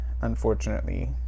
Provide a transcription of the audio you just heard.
unfortunately